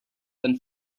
than